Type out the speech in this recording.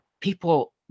people